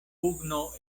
pugno